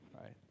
right